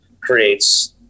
creates